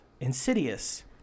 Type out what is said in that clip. Insidious